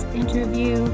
interview